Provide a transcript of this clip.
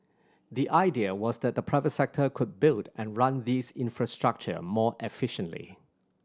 the idea was that the private sector could build and run these infrastructure more efficiently